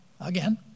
again